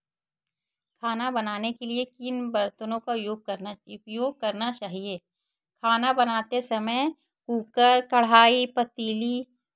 खाना बनाने के लिए किन बर्तनों का उपयोग करना उपयोग करना चाहिए खाना बनाते समय कूकर कड़ाही पतीली